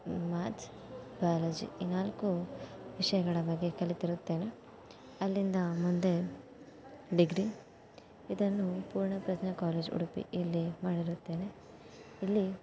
maths biology ಈ ನಾಲ್ಕು ವಿಷಯಗಳ ಬಗ್ಗೆ ಕಲಿತಿರುತ್ತೇನೆ ಅಲ್ಲಿಂದ ಮುಂದೆ ಡಿಗ್ರಿ ಇದನ್ನು ಪೂರ್ಣಪ್ರಜ್ಞಾ ಕಾಲೇಜ್ ಉಡುಪಿ ಇಲ್ಲಿ ಮಾಡಿರುತ್ತೇನೆ ಇಲ್ಲಿ